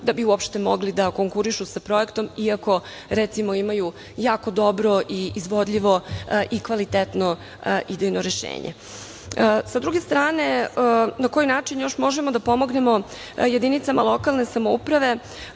da bi uopšte mogli da konkurišu sa projektom iako, recimo, imaju jako dobro, izvodljivo i kvalitetno idejno rešenje. Sa druge strane, na koji način još možemo da pomognemo jedinicama lokalne samouprave,